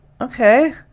Okay